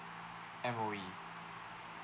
M_O_E